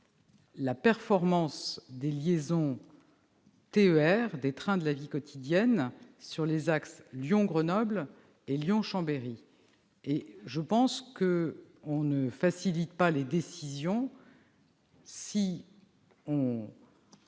la performance des liaisons TER, des trains de la vie quotidienne, sur les axes Lyon-Grenoble et Lyon-Chambéry, d'autre part. On ne facilite pas la prise de